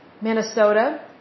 Minnesota